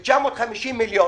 אני מבקש 950 מיליון